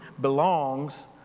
belongs